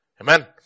Amen